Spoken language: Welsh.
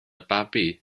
babi